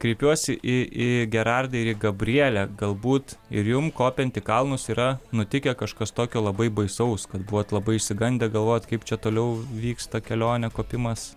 kreipiuosi į į gerardą ir į gabrielę galbūt ir jums kopiant į kalnus yra nutikę kažkas tokio labai baisaus kad buvot labai išsigandę galvoti kaip čia toliau vyksta kelionė kopimas